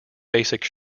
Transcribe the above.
basic